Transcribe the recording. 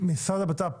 משרד לבט"פ,